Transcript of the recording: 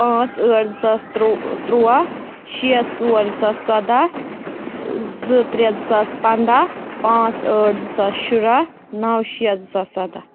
پانٛژھ ٲٹھ زٕ ساس ترو تُرٛواہ شیٚے ژور زٕ ساس ژۄداہ زٕ ترٛےٚ زٕ ساس پنٛداہ پانٛژھ ٲٹھ زٕ ساس شُراہ نَو شیٚے زٕ ساس سَداہ